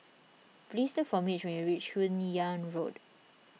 please look for Mitch when you reach Hun Yeang Road